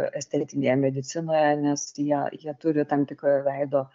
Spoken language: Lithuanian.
estetinėje medicinoje nes jie jie turi tam tikrą veido